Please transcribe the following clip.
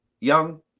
young